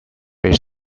its